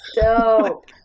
Dope